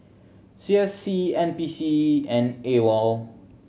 C S C N P C and AWOL